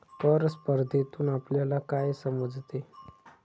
कर स्पर्धेतून आपल्याला काय समजते?